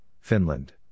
Finland